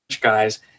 guys